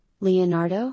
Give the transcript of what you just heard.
Leonardo